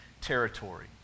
territory